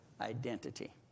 identity